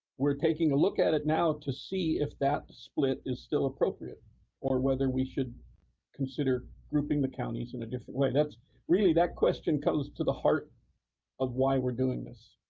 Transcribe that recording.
we're taking a look at it now to see if that split is still appropriate or whether we should consider grouping the counties in a different way. really, that question comes to the heart of why we're doing this.